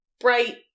Bright